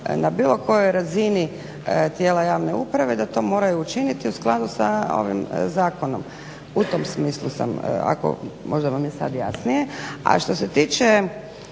na bilo kojoj razini tijela javne uprave da to moraju učiniti u skladu sa ovim zakonom. U tom smislu sam, možda vam je sada jasnije.